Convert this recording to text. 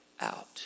out